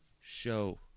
show